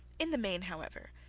in the main, however,